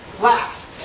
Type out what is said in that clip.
last